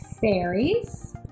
fairies